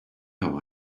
how